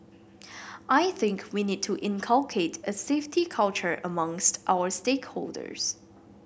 I think we need to inculcate a safety culture amongst our stakeholders